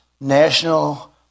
national